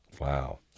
Wow